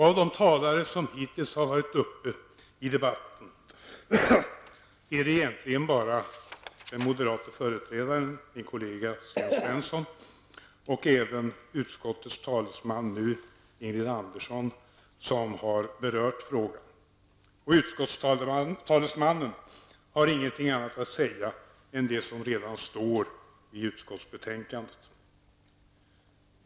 Av de talare som hittills har deltagit i debatten är det egentligen bara den moderate företrädaren, min kollega Sten Svensson, och utskottets talesman, Ingrid Andersson, som har berört denna fråga. Utskottets talesman hade ingenting annat att säga än det som redan är skrivet i utskottsbetänkandet.